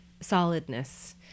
solidness